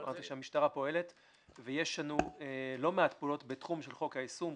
יש לנו לא מעט פעולות בתחום של חוק היישום,